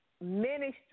ministry